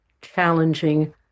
challenging